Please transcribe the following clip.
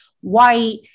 white